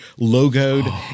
logoed